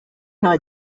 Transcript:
nta